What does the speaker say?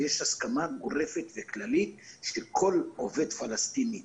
ויש הסכמה גורפת וכללית שהתנאי לעבודה של כל עובד פלסטיני